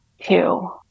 two